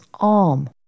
arm